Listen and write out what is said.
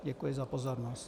Děkuji za pozornost.